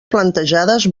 plantejades